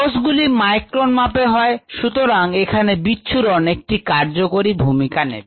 কোষগুলি মাইক্রন মাপে হয় সুতরাং এখানে বিচ্ছুরণ একটি কার্যকরী ভূমিকা নেবে